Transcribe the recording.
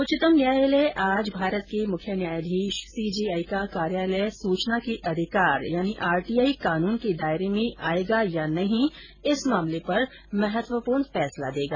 उच्चतम न्यायालय आज भारत के मुख्य न्यायाधीश सीजेआई का कार्यालय सूचना के अधिकार आरटीआई कानून के दायरे में आयेगा या नहीं इस मामले पर महत्वपूर्ण फैसला देगा